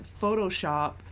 Photoshop